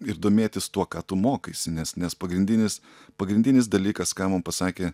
ir domėtis tuo ką tu mokaisi nes nes pagrindinis pagrindinis dalykas ką mum pasakė